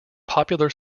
popular